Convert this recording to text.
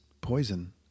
poison